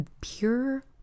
pure